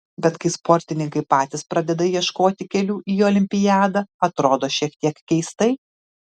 bet kai sportininkai patys pradeda ieškoti kelių į olimpiadą atrodo šiek tiek keistai